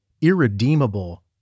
irredeemable